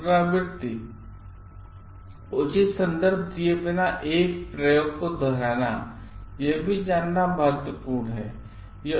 पुनरावृत्ति उचित सन्दर्भ दिए बिना एक प्रयोग को दोहरानायह भी जानना महत्वपूर्ण है